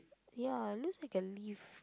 ya looks like a leaf